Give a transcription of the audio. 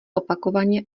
opakovaně